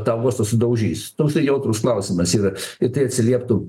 tą uostą sudaužys toksai jautrus klausimas yra ir tai atsilieptų